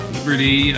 Liberty